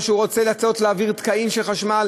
או שהוא רוצה להעביר תקעים של חשמל